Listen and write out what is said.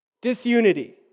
disunity